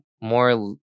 more